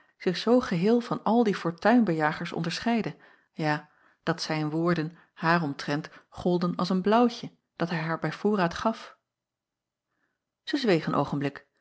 zich zoo geheel van al die fortuinbejagers onderscheidde ja dat zijn woorden haar omtrent golden als een blaauwtje dat hij haar bij voorraad gaf ij zweeg een oogenblik